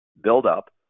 buildup